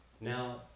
Now